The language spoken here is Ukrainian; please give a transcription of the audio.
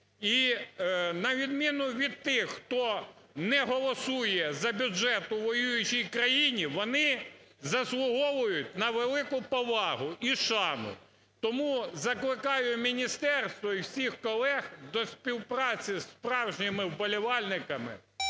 І на відміну від тих, хто не голосує за бюджет у воюючій країні, вони заслуговують на велику повагу і шану. Тому закликаю міністерство і всіх колег до співпраці з справжніми вболівальниками